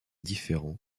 différent